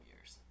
years